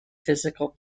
physical